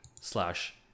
slash